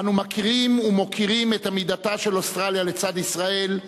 אנו מכירים ומוקירים את עמידתה של אוסטרליה לצד ישראל,